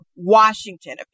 Washington